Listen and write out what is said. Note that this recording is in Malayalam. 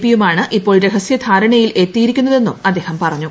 പി യും ആണ് ഇപ്പോൾ രഹസ്യധാരണയിൽ എത്തിയിരിക്കുന്നത്രെന്നും അദ്ദേഹം പറഞ്ഞു